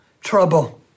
trouble